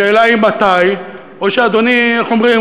השאלה היא מתי, או שאדוני, איך אומרים?